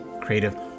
creative